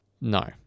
No